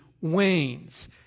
wanes